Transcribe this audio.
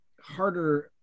harder